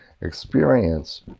experience